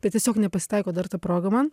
bet tiesiog nepasitaiko dar ta proga man